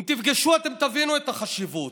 אם תפגשו, אתם תבינו את החשיבות.